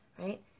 right